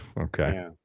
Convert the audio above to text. Okay